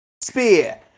spear